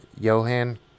Johan